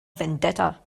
vendetta